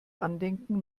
andenken